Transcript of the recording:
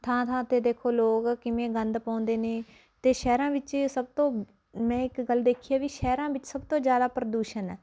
ਥਾਂ ਥਾਂ 'ਤੇ ਦੇਖੋ ਲੋਕ ਕਿਵੇਂ ਗੰਦ ਪਾਉਂਦੇ ਨੇ ਅਤੇ ਸ਼ਹਿਰਾਂ ਵਿੱਚ ਇਹ ਸਭ ਤੋਂ ਮੈਂ ਇੱਕ ਗੱਲ ਦੇਖੀ ਹੈ ਵੀ ਸ਼ਹਿਰਾਂ ਵਿੱਚ ਸਭ ਤੋਂ ਜ਼ਿਆਦਾ ਪ੍ਰਦੂਸ਼ਣ ਹੈ